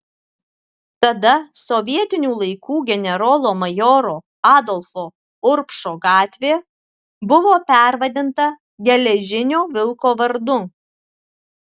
tada sovietinių laikų generolo majoro adolfo urbšo gatvė buvo pervadinta geležinio vilko vardu